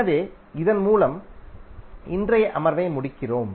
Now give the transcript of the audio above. எனவே இதன் மூலம் இன்றைய அமர்வை முடிக்கிறோம்